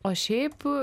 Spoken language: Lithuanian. o šiaip